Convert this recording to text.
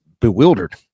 bewildered